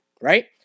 right